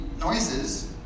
noises